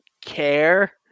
care